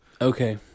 Okay